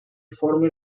forma